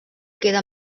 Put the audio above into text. queda